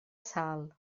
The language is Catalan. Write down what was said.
sal